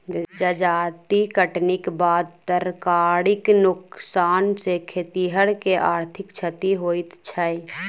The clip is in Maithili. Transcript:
जजाति कटनीक बाद तरकारीक नोकसान सॅ खेतिहर के आर्थिक क्षति होइत छै